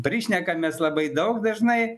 prišnekam mes labai daug dažnai